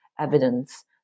evidence